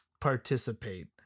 participate